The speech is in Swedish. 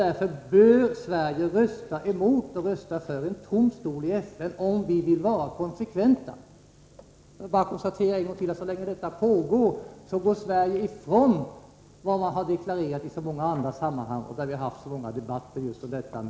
Därför bör Sverige rösta emot Pol Pot och rösta för en tom stol i FN, om Sverige vill vara konsekvent. Får jag bara konstatera en gång till att så länge detta fortsätter, frångår Sverige vad man har deklarerat i många andra sammanhang och vad vi haft så många debatter om.